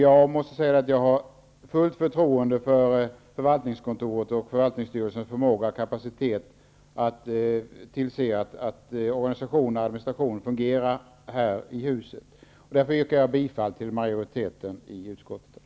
Jag måste säga att jag har fullt förtroende för förvaltningskontoret och förvaltningsstyrelsen när det gäller deras förmåga och kapacitet att tillse att organisationen och administrationen här i huset fungerar. Mot den bakgrunden yrkar jag bifall till utskottsmajoritetens hemställan.